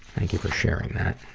thank you for sharing that.